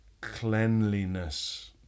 cleanliness